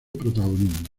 protagonismo